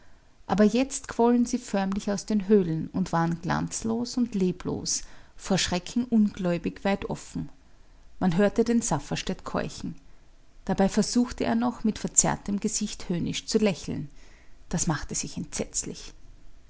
aber jetzt quollen sie förmlich aus den höhlen und waren glanzlos und leblos vor schrecken ungläubig weit offen man hörte den safferstätt keuchen dabei versuchte er noch mit verzerrtem gesicht höhnisch zu lächeln das machte sich entsetzlich